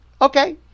Okay